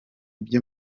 byo